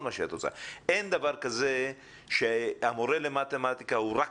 אין דבר כזה שמורה למתמטיקה הוא רק